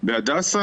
אמרת שאתם רוצים.